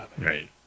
Right